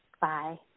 Bye